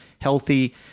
healthy